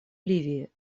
ливии